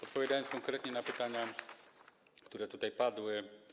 Odpowiadając konkretnie na pytania, które tutaj padły.